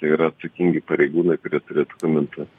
tai yra atsakingi pareigūnai kurie turėtų komentuot